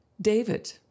David